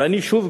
ואני שוב,